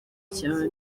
cyane